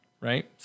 right